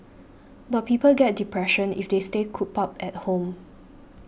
but people get depression if they stay cooped up at home